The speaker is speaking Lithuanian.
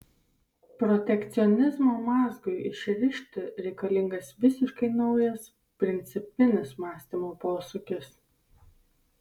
protekcionizmo mazgui išrišti reikalingas visiškai naujas principinis mąstymo posūkis